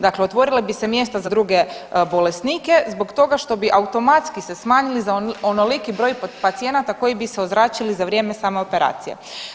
Dakle otvorile bi se mjesta za druge bolesnike zbog toga što bi automatski se smanjili za onoliki broj pacijenata koji bi se ozračili za vrijeme samo operacije.